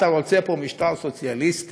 אתה רוצה פה משטר סוציאליסטי?